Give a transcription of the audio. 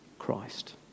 Christ